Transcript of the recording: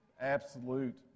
absolute